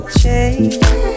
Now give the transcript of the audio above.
change